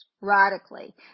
radically